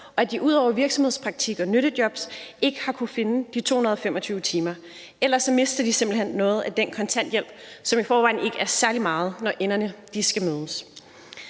og som ud over virksomhedspraktik og nyttejobs ikke har kunnet finde de 225 timer. Ellers mister de simpelt hen noget af den kontanthjælp, som i forvejen ikke er særlig meget, når enderne skal mødes.